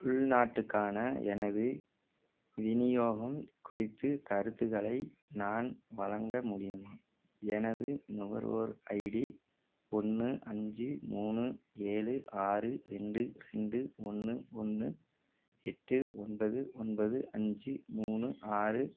உள்நாட்டுக்கான எனது விநியோகம் குறித்து கருத்துக்களை நான் வழங்க முடியுமா எனது நுகர்வோர் ஐடி ஒன்று அஞ்சு மூணு ஏழு ஆறு ரெண்டு ரெண்டு ஒன்று ஒன்று எட்டு ஒன்பது ஒன்பது அஞ்சு மூணு ஆறு